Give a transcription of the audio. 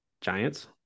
Giants